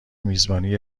میزبانی